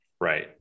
Right